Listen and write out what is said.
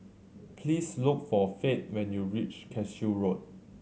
please look for Fate when you reach Cashew Road